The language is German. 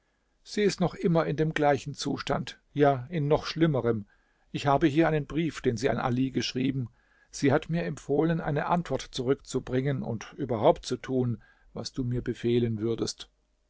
sie ist noch immer in dem gleichen zustand ja in noch schlimmerem ich habe hier einen brief den sie an ali geschrieben sie hat mir empfohlen eine antwort zurückzubringen und überhaupt zu tun was du mir befehlen würdest